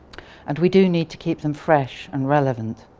and we do need to keep them fresh and relevant.